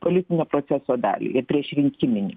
politinio proceso dalį ir priešrinkiminį